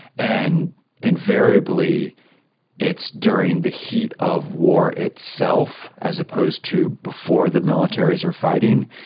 and invariably it's during the heat of war itself as opposed to before the militaries are fighting,